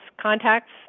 contacts